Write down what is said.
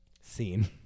Scene